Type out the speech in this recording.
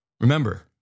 remember